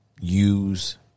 use